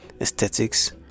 aesthetics